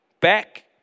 Back